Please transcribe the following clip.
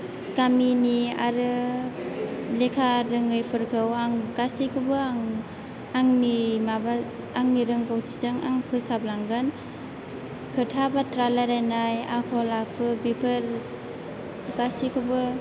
गामिनि आरो लेखा रोङैफोरखौ आं गासैखौबो आं आंनि माबा आंनि रोंगथिजों आं फोसाबलांगोन खोथा बाथ्रा रायलायनाय आखल आखु बेफोर गासैखौबो